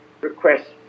request